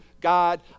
God